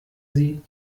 sie